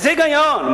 איזה היגיון?